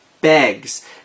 begs